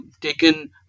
taken